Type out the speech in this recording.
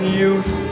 youth